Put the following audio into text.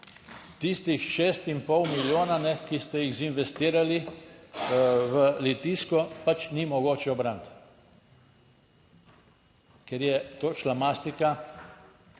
tistih 6 in pol milijona, ki ste jih zinvestirali v Litijsko, pač ni mogoče braniti, ker je to šlamastika